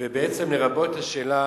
לרבות השאלה